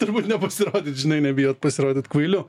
turbūt nepasirodyt žinai nebijot pasirodyt kvailiu